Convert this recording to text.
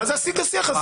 מה זה השיג והשיח הזה?